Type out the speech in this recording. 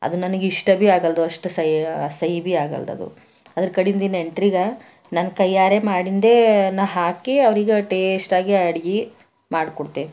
ಅದು ನನಗೆ ಇಷ್ಟ ಭೀ ಆಗಲ್ದೊ ಅಷ್ಟು ಸೈ ಭೀ ಆಗೋಲ್ದೊ ಅದು ಕಡಿಗೆ ನೆಂಟ್ರಿಗೆ ನನ್ನ ಕೈಯ್ಯಾರೆ ಮಾಡಿದ್ದೇ ನಾ ಹಾಕಿ ಅವ್ರಿಗೆ ಟೇಸ್ಟ್ ಆಗಿ ಅಡ್ಗೆ ಮಾಡಿಕೊಡ್ತೆ